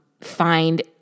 find